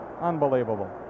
unbelievable